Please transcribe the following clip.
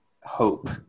hope